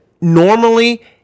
normally